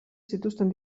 zituzten